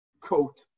coat